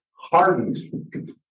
hardened